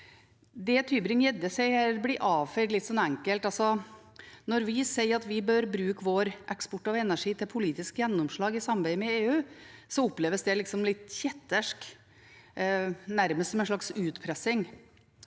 det Tybring-Gjedde sier, blir avfeid litt enkelt. Når vi sier at vi bør bruke vår eksport av energi til å få politisk gjennomslag i samarbeidet med EU, oppleves det liksom litt kjettersk, nærmest som en slags utpressing,